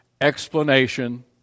explanation